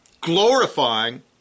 glorifying